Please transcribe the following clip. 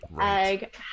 egg